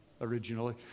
originally